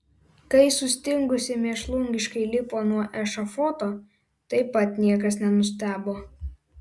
kai sustingusi mėšlungiškai lipo nuo ešafoto taip pat niekas nenustebo